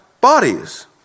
bodies